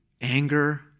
anger